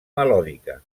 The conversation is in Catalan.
melòdica